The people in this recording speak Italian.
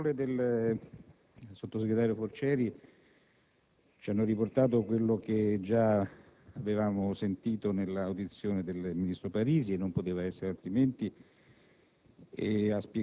le parole del sottosegretario Forcieri ci hanno riportato quello che già avevamo sentito nel corso dell'audizione del ministro Parisi, e non poteva essere altrimenti.